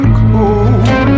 cold